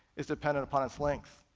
is dependent upon its length.